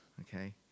okay